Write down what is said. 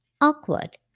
Awkward